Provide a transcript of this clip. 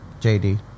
JD